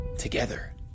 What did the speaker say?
together